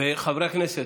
חברי הכנסת,